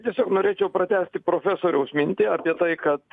tiesiog norėčiau pratęsti profesoriaus mintį apie tai kad